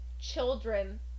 children